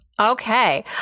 Okay